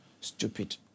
stupid